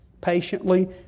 Patiently